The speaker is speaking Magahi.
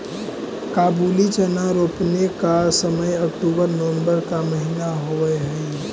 काबुली चना रोपने का समय अक्टूबर नवंबर का महीना होवअ हई